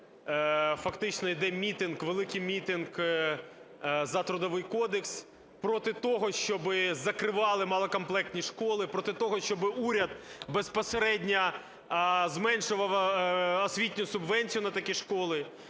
фактично іде мітинг, великий мітинг за Трудовий кодекс, проти того, щоби закривали малокомплектні школи, проти того, щоби уряд безпосередньо зменшував освітні субвенцію на такі школи.